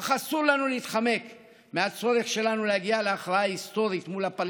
אך אסור לנו להתחמק מהצורך שלנו להגיע להכרעה היסטורית מול הפלסטינים,